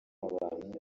abantu